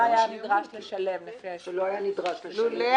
לולא